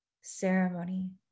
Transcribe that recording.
ceremony